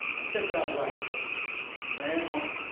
i checked out black boy. ran home,